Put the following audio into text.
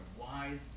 wise